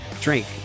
drink